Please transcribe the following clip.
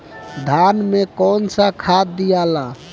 धान मे कौन सा खाद दियाला?